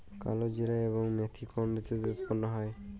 কালোজিরা এবং মেথি কোন ঋতুতে উৎপন্ন হয়?